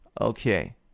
okay